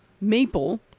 maple